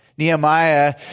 Nehemiah